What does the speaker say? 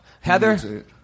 Heather